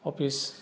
office